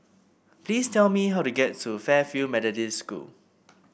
please tell me how to get to Fairfield Methodist School